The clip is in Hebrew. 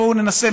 בואו ננסה,